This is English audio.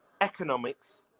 economics